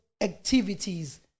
activities